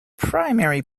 primary